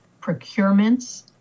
procurements